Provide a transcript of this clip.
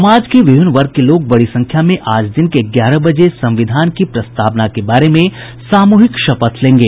समाज के विभिन्न वर्ग के लोग बड़ी संख्या में आज दिन के ग्यारह बजे संविधान की प्रस्तावना के बारे में सामूहिक शपथ लेंगे